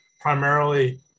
primarily